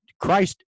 Christ